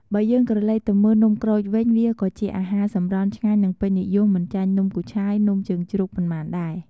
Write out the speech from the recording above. បើយើងក្រឡេកទៅមើលនំក្រូចវិញវាក៏ជាអាហារសម្រន់ឆ្ងាញ់និងពេញនិយមមិនចាញ់ នំគូឆាយ នំជើងជ្រូក ប៉ុន្មានដែរ។